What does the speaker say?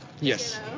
yes